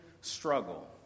struggle